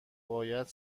باید